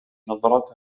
نظرة